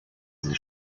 sie